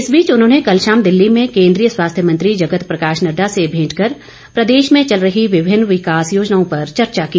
इस बीच उन्होंने कल शाम दिल्ली में केन्द्रीय स्वास्थ्य मंत्री जगत प्रकाश नड्डा से भेंट कर प्रदेश में चल रही विभिन्न विकास योजनाओं पर चर्चा की